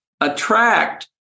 attract